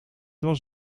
was